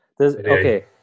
Okay